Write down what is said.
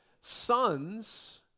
Sons